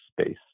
space